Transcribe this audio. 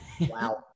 Wow